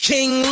King